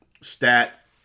stat